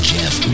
Jeff